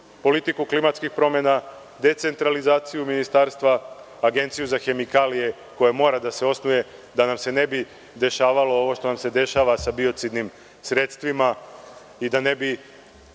politiku klimatskih promena, decentralizaciju ministarstva, Agenciju za hemikalije koja mora da se osnuje da nam se ne bi dešavalo ovo što nam se dešava sa biocidnim sredstvima i da ne bi